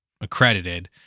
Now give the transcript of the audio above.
accredited